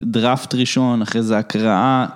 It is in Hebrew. דראפט ראשון אחרי זה הקראה